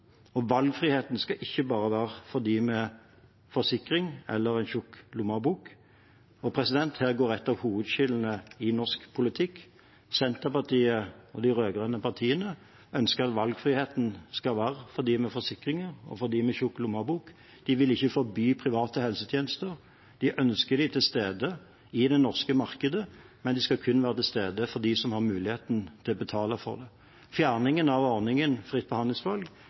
og valgfriheten skal ikke bare være for dem med forsikring eller tykk lommebok. Her går et av hovedskillene i norsk politikk. Senterpartiet og de rød-grønne partiene ønsker at valgfriheten skal være for dem med forsikringer og tykk lommebok. De vil ikke forby private helsetjenester. De ønsker dem til stede i det norske markedet, men de skal kun være til stede for dem som har muligheten til å betale for det. En fjerning av ordningen med fritt behandlingsvalg